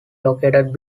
located